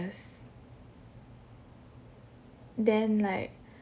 then like